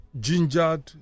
gingered